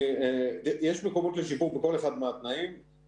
יש מקומות לשיפור בכל אחת מהנקודות.